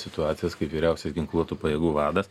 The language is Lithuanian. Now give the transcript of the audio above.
situacijas kaip vyriausias ginkluotų pajėgų vadas